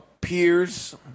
peers